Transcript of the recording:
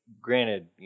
granted